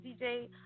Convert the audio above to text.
DJ